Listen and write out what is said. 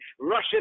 Russia